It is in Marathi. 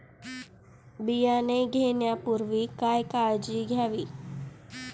बियाणे घेण्यापूर्वी काय काळजी घ्यावी?